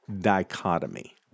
dichotomy